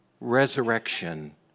resurrection